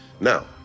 Now